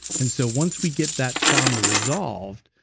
and so once we get that trauma resolved,